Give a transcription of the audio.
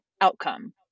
outcome